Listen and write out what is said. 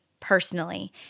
personally